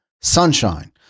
sunshine